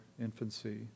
infancy